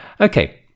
Okay